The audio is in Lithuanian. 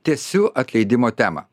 tęsiu atleidimo temą